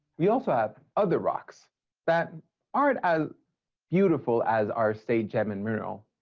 we also have other rocks that aren't as beautiful as our state gem and mineral,